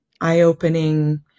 eye-opening